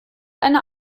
eine